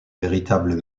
véritables